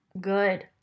good